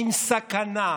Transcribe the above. עם סכנה,